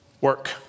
work